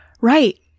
Right